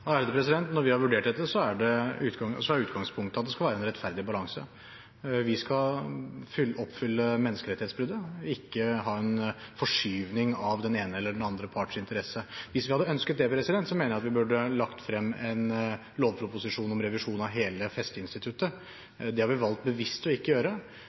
Når vi har vurdert dette, er utgangspunktet at det skal være en rettferdig balanse. Vi skal rette opp menneskerettighetsbruddet, ikke ha en forskyvning av den ene eller den andre parts interesse. Hvis vi hadde ønsket det, mener jeg at vi burde lagt frem en lovproposisjon om revisjon av hele festeinstituttet. Det har vi valgt bevisst ikke å gjøre.